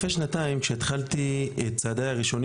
לפני כשנתיים שהתחלתי את צעדיי הראשונים